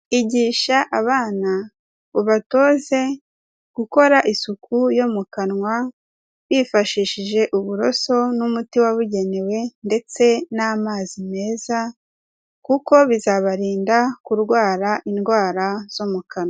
Igisha abana ubatoze gukora isuku yo mu kanwa, bifashishije uburoso n'umuti wabugenewe ndetse n'amazi meza, kuko bizabarinda kurwara indwara zo mu kanwa.